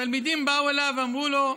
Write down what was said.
תלמידים באו אליו ואמרו לו: